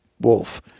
wolf